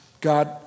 God